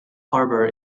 harbor